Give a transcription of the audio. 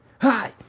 Hi